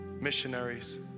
missionaries